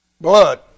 Blood